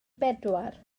bedwar